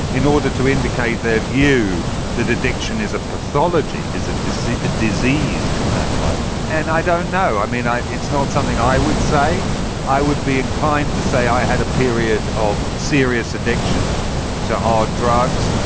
in order to indicate their view that addiction is a pathology, is a disease a disease in that way. and i don't know. i mean, it's not something i would say i would be inclined to say. i had a period of serious addiction to hard drugs.